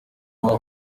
muri